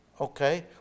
Okay